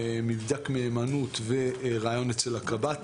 מבדק מהימנות וראיון אצל הקב"ט.